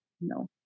no